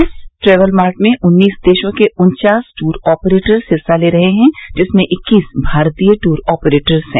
इस travel mart में उन्नीस देशों के उन्वास टूर ऑपरेटर्स हिस्सा ले रहे हैं जिसमें इक्कीस भारतीय टूर ऑपरेटर्स है